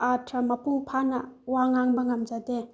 ꯑꯔꯊ ꯃꯄꯨꯡ ꯐꯥꯅ ꯋꯥ ꯉꯥꯡꯕ ꯉꯝꯖꯗꯦ